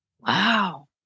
Wow